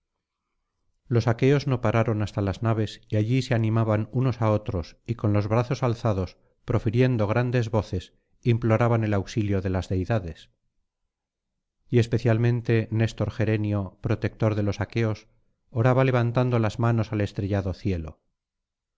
los aqueos no pararon hasta las naves y allí se animaban unos á otros y con los brazos alzados profiriendo grandes voces imploraban el auxilio de las deidades y especialmente néstor gerenio protector de los aqueos oraba levantando las manos al estrellado cielo